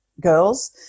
girls